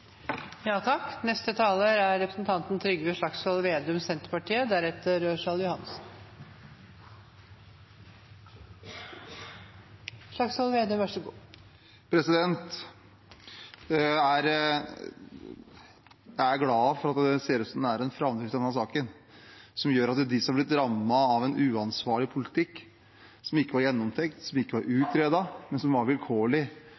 Jeg er glad for at det ser ut til at det er en framdrift i denne saken, som gjør at de som har blitt rammet av en uansvarlig politikk, som ikke var gjennomtenkt, som ikke var utredet, men som var vilkårlig,